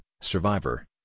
Survivor